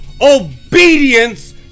Obedience